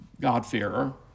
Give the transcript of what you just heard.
God-fearer